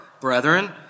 brethren